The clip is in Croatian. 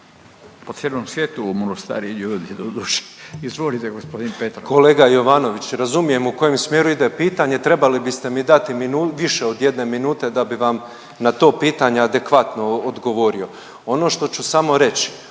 Po cijelom svijetu umiru stariji ljudi, doduše. Izvolite g. Petrov. **Petrov, Božo (MOST)** Kolega Jovanović, razumijem u kojem smjeru ide pitanje, trebali biste mi dati više od jedne minute da bi vam na to pitanje adekvatno odgovorio. Ono što ću samo reći,